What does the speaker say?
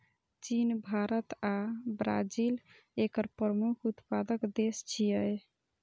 चीन, भारत आ ब्राजील एकर प्रमुख उत्पादक देश छियै